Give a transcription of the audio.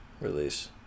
release